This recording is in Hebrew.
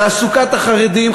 תעסוקת החרדים,